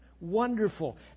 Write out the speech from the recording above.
wonderful